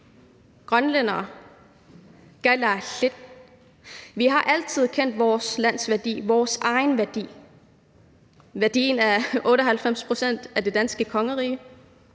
grønlændere, kalaallit, har altid kendt vores lands værdi, vores egen værdi, værdien af 98 pct. af det danske kongerige,